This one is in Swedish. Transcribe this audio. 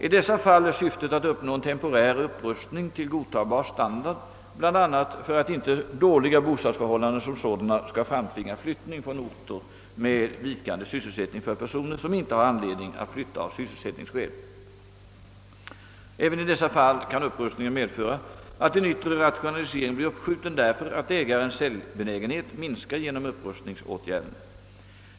I dessa fall är syftet att uppnå en temporär upprustning till godtagbar standard bl.a. för att inte dåliga bostadsförhållanden som sådana skall framtvinga flyttning från orter med vikande sysselsättning för personer som inte har anledning att flytta av sysselsättningsskäl. Även i dessa fall kan upprustningen medföra, att en yttre rationalisering blir uppskjuten därför att ägarens säljbenägenhet minskar genom upprustningsåtgärderna.